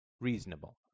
reasonable